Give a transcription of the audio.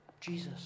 Jesus